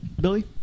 Billy